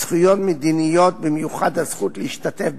זכויות מדיניות, במיוחד הזכות להשתתף בבחירות,